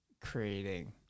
creating